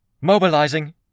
Mobilizing